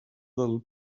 del